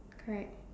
correct